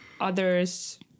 others